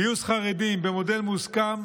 גיוס חרדים במודל מוסכם